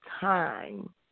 time